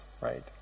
right